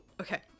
Okay